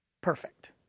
perfect